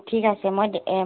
ঠিক আছে মই দে